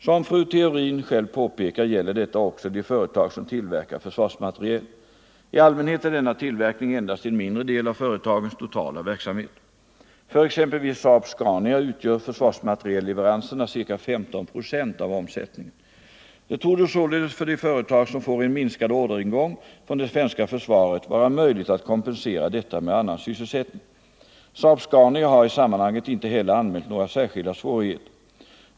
Som fru Theorin själv påpekar gäller detta också de företag som tillverkar försvarsmateriel. I allmänhet är denna tillverkning endast en mindre del av företagens totala verksamhet. För exempelvis SAAB-Scania utgör försvarsmaterielleveranserna ca 15 procent av omsättningen. Det torde således för de företag som får en minskad orderingång från det svenska försvaret vara möjligt att kompensera detta med annan sysselsättning. SAAB-Scania har i sammanhanget inte heller anmält några särskilda svårigheter.